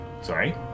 Sorry